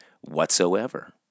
whatsoever